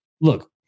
Look